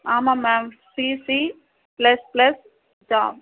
ஆமாம் ma'am CC plus plus job